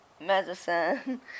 medicine